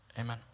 amen